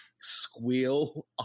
squeal